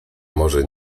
może